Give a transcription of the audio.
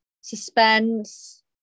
suspense